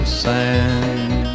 sand